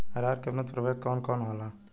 अरहर के उन्नत प्रभेद कौन कौनहोला?